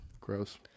Gross